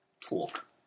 talk